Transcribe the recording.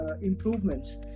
improvements